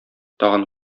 тагын